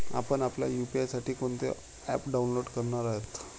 आपण आपल्या यू.पी.आय साठी कोणते ॲप डाउनलोड करणार आहात?